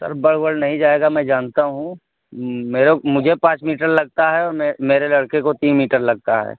سر بڑھ وڑھ نہیں جائے گا میں جانتا ہوں میرے مجھے پانچ میٹر لگتا ہے اور میرے لڑکے کو تین میٹر لگتا ہے